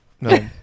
No